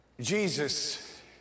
Jesus